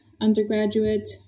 undergraduate